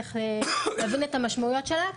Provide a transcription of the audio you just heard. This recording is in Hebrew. צריך להבין את המשמעויות שלה,